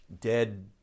dead